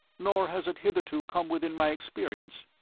nor has it hitherto come within my experience.